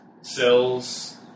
Cells